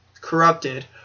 corrupted